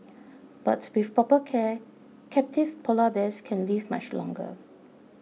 but with proper care captive Polar Bears can live much longer